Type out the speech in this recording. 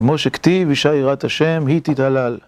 כמו שכתיב: אישה יראת השם היא תתהלל